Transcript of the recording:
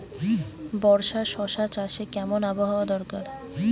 বর্ষার শশা চাষে কেমন আবহাওয়া দরকার?